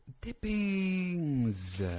Dippings